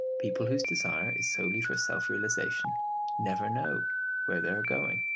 people whose desire is solely for self-realisation never know where they are going.